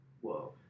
whoa